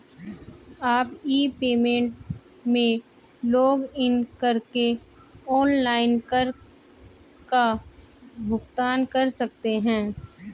आप e payment में login करके ऑनलाइन कर का भुगतान कर सकते हैं